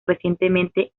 recientemente